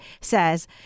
says